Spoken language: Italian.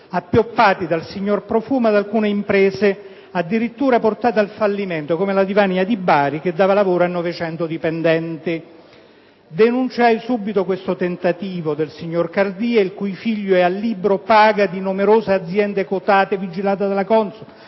appioppati dal signor Profumo ad alcune imprese, addirittura portate al fallimento, come la Divania di Bari che dava lavoro a 900 dipendenti. Denunciai subito questo tentativo del signor Cardia (il cui figlio è al libro paga di numerose aziende quotate, vigilate dalla CONSOB)